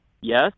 Yes